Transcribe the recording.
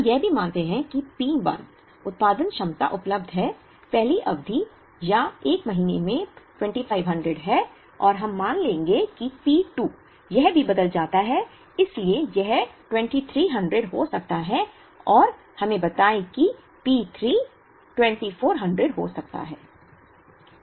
हम यह भी मानते हैं कि P 1 उत्पादन क्षमता उपलब्ध है पहली अवधि या 1 महीने में 2500 है और हम मान लेंगे कि P 2 यह भी बदल जाता है इसलिए यह 2300 हो सकता है और हमें बताएं कि P 3 2400 हो सकता है